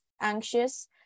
anxious